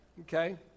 okay